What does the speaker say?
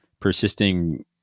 persisting